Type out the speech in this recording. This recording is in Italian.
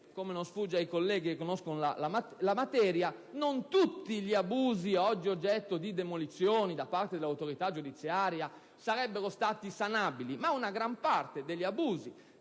come non sfugge ai colleghi che conoscono la materia, non tutti gli abusi oggi oggetto di demolizione da parte dell'autorità giudiziaria sarebbero stati sanabili, ma una gran parte degli abusi